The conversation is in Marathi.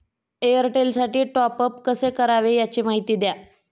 एअरटेलसाठी टॉपअप कसे करावे? याची माहिती द्या